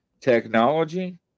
technology